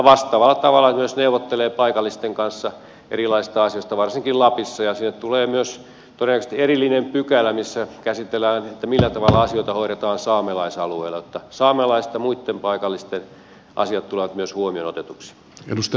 vastaavalla tavalla se myös neuvottelee paikallisten kanssa erilaisista asioista varsinkin lapissa ja siihen tulee myös todennäköisesti erillinen pykälä missä käsitellään sitä millä tavalla asioita hoidetaan saamelaisalueella että saamelaisten ja muitten paikallisten asiat tulevat myös huomioonotetuiksi